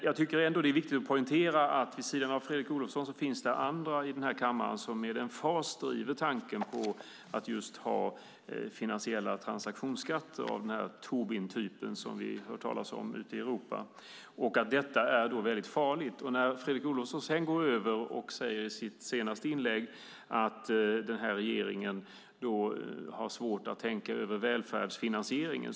Jag tycker ändå att det är viktigt att poängtera att det vid sidan av Fredrik Olovsson finns andra i denna kammare som med emfas driver tanken på att ha just finansiella transaktionsskatter, till exempel en Tobinskatt som vi har hört talas om ute i Europa. Detta är mycket farligt. Fredrik Olovsson sade i sitt senaste inlägg att denna regering har svårt att tänka över välfärdsfinansieringen.